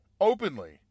openly